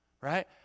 right